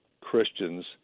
Christians